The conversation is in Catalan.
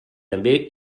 també